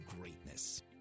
greatness